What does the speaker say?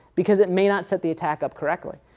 because it may not set the attack up correctly.